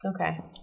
Okay